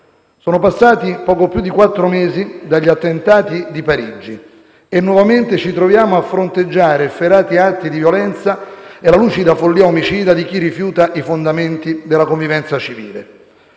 Sono passati poco più di quattro mesi dagli attentati di Parigi e nuovamente ci troviamo a fronteggiare efferati atti di violenza e la lucida follia omicida di chi rifiuta i fondamenti della convivenza civile.